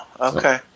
Okay